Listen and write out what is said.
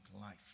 life